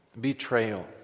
betrayal